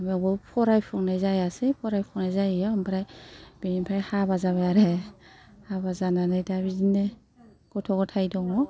बावबो फरायफुंनाय जायासै फरायफुंनाय जायैयाव ओमफ्राय बेनिफ्राय हाबा जाबाय आरो हाबा जानानै दा बिदिनो गथ' ग'थाय दङ